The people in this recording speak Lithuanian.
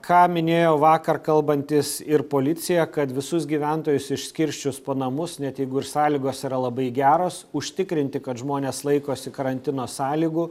ką minėjo vakar kalbantis ir policija kad visus gyventojus išskirsčius po namus net jeigu ir sąlygos yra labai geros užtikrinti kad žmonės laikosi karantino sąlygų